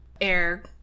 air